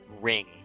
ring